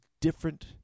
different